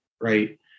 Right